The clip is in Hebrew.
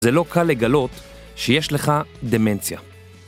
זה לא קל לגלות שיש לך דמנציה.